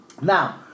Now